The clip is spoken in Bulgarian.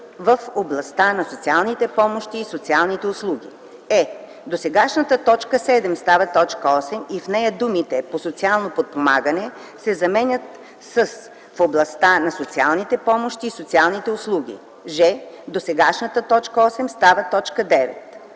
„в областта на социалните помощи и социалните услуги;” е) досегашната т. 7 става т. 8 и в нея думите „по социално подпомагане” се заменят с „в областта на социалните помощи и социалните услуги;” ж) досегашната т. 8 става т. 9;